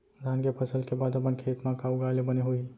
धान के फसल के बाद अपन खेत मा का उगाए ले बने होही?